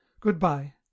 Goodbye